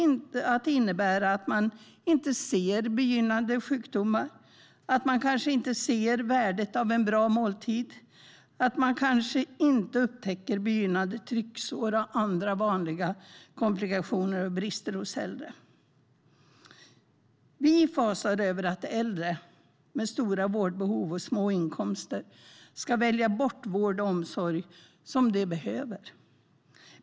Det kan innebära att man inte ser begynnande sjukdomar, att man kanske inte inser värdet av en bra måltid, att man kanske inte upptäcker begynnande trycksår och andra vanliga komplikationer och brister hos äldre. Vi fasar för att äldre med stora vårdbehov och små inkomster ska välja bort den vård och omsorg som de behöver.